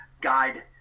guide